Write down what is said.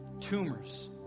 tumors